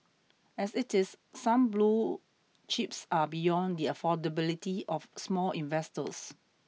as it is some blue chips are beyond the affordability of small investors